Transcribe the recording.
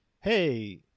hey